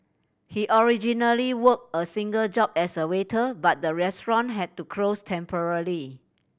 he originally worked a single job as a waiter but the restaurant had to close temporarily